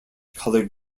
coloured